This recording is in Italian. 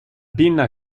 pinna